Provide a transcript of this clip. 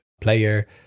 player